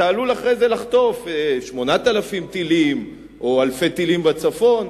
אתה עלול אחר כך לחטוף 8,000 טילים או אלפי טילים בצפון.